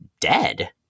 dead